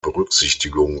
berücksichtigung